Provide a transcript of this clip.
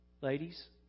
ladies